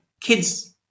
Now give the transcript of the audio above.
kids